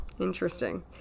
interesting